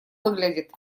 выглядят